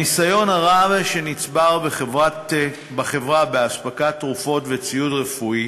הניסיון הרב שנצבר בחברה באספקת תרופות וציוד רפואי